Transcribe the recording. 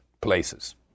places